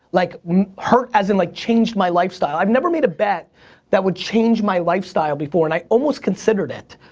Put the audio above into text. like hurt as in, like changed my lifestyle. i've never made a bet that would change my lifestyle before and i almost considered it.